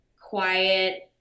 quiet